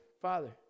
Father